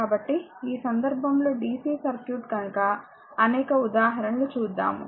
కాబట్టి ఈ సందర్భంలో DC సర్క్యూట్ కనుక అనేక ఉదాహరణలు చూద్దాము